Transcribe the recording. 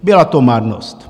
Byla to marnost.